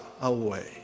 away